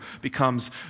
becomes